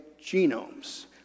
genomes